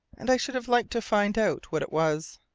and i should have liked to find out what it was.